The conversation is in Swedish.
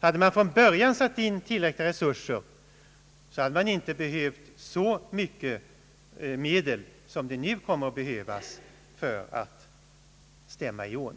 Hade man från början satt in tillräckliga resurser hade man inte behövt så mycket medel som nu kommer att behövas för att stämma i ån.